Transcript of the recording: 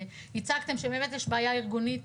הצגתם שבאמת יש בעיה ארגונית